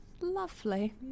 Lovely